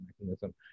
mechanism